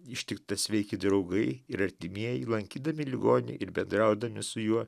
ištikta sveiki draugai ir artimieji lankydami ligonį ir bendraudami su juo